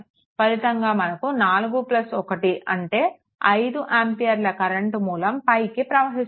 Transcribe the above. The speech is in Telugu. ఫలితంగా మనకు ఒక 41 అంటే 5 ఆంపియర్ల కరెంట్ మూలం పైకి ప్రవహిస్తోంది